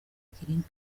girinka